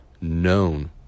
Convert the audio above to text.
known